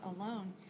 alone